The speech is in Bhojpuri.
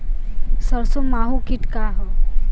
सरसो माहु किट का ह?